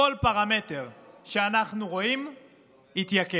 כל פרמטר שאנחנו רואים התייקר.